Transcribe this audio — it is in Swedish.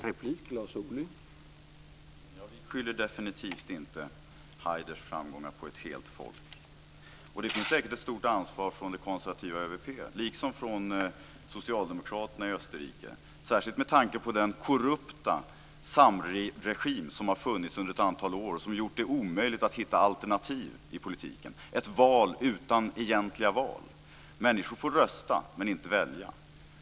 Herr talman! Vi skyller definitivt inte Haiders framgångar på ett helt folk. Och det finns säkert ett stort ansvar för det konservativa ÖVP, liksom för Socialdemokraterna i Österrike - särskilt med tanke på den korrupta samregim som har funnits under ett antal år och som har gjort det omöjligt att hitta alternativ i politiken. Det har varit ett val utan egentligt val. Människor får rösta men inte välja.